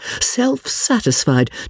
self-satisfied